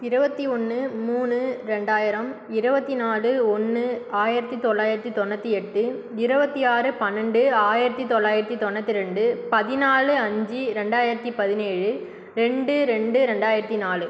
இருபத்தி ஒன்று மூணு ரெண்டாயிரம் இருபத்தி நாலு ஒன்று ஆயிரத்தி தொள்ளாயிரத்தி தொண்ணூற்றி எட்டு இருபத்தி ஆறு பன்னெண்டு ஆயிரத்தி தொள்ளாயிரத்தி தொண்ணூற்றி ரெண்டு பதினாலு அஞ்சு ரெண்டாயிரத்தி பதினேழு ரெண்டு ரெண்டு ரெண்டாயிரத்தி நாலு